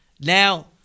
Now